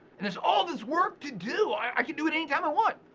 and there's all this work to do, i can do it any time i want,